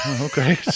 Okay